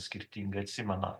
skirtingai atsimena